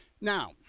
now